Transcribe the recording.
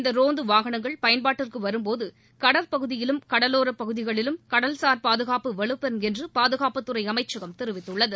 இந்த ரோந்து வாகனங்கள் பயன்பாட்டிற்கு வரும்போது கடற்பகுதியிலும் கடலோர பகுதிகளிலும் கடல்சார் பாதுகாப்பு வலுப்பெறும் என்று பாதுகாப்புத்துறை அமைச்சகம் தெரிவித்துள்ளது